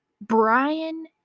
Brian